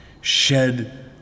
shed